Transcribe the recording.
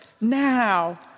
now